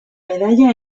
medalla